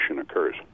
occurs